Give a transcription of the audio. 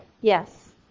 yes